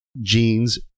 jeans